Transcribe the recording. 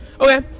Okay